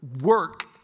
work